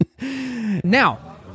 Now